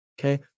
Okay